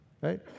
right